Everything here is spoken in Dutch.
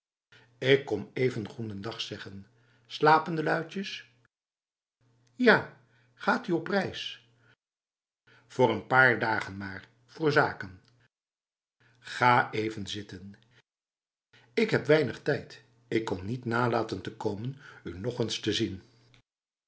ik kom even goedendag zeggen slapen de luitjes ja gaat u op reis voor n paar dagen maar voor zaken ga even zittenf ik heb weinig tijd ik kon niet nalaten te komen om u nog eens te zien